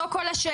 זו כל השאלה,